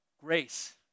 Grace